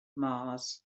mars